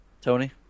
Tony